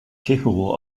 capable